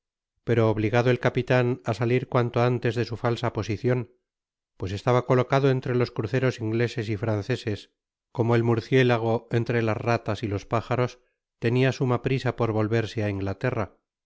pero obligado el capitan á salir cuanto antes de su falsa posicion pues estaba colocado entre los cruceros ingleses y franceses como el murciélago entre las ratas y los pájaros tenia suma prisa por volverse á inglaterra